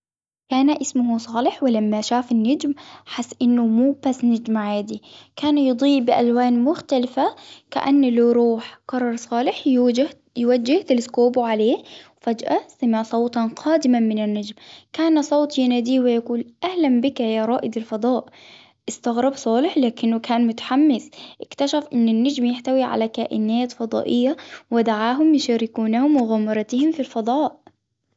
كان إسمه صالح ولما شاف النجم حس إنه مو بس نجم عادي، كان يضيء بألوان مختلفة كان له روح قرر صالح يوجد يوجه عليه فجأة سمع صوتا صادما من النجم. كان صوت ندي ويقول اهلا بك يا رائد الفضاء صالح لكنه كان متحمل. إكتشف أن النجم يحتوي على كائنات فضائية ودعاهم يشاركونهم مغامرتهم في الفضاء.